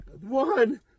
One